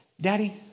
Daddy